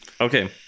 okay